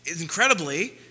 Incredibly